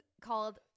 called